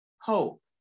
hope